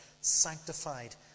sanctified